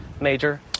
Major